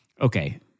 okay